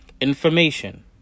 Information